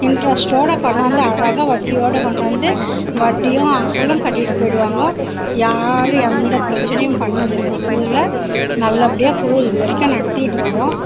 இன்ட்ரஸ்ட்டோடு கொண்டாந்து அழகாக வட்டியோடு கொண்டு வந்து வட்டியும் அசலும் கட்டிட்டு போய்விடுவாங்க யாரும் எந்த பிரச்சனையும் பண்ணதில்லை குழுவில் நல்லபடியாக குழு இது வரைக்கும் நடத்திட்டு வர்றோம்